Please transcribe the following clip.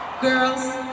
Girls